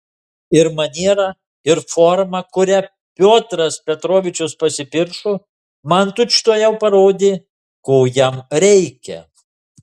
ir maniera ir forma kuria piotras petrovičius pasipiršo man tučtuojau parodė ko jam reikia